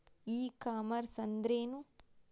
E commerce ಅಂದ್ರೇನು?